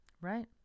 right